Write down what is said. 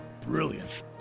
Brilliant